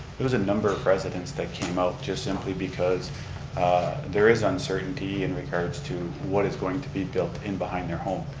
there was a number of residents that came out just simply because there is uncertainty in regards to what is going to be built in behind their home.